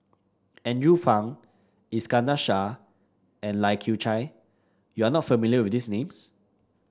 Andrew Phang Iskandar Shah and Lai Kew Chai you are not familiar with these names